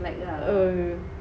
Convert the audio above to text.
!eeyer!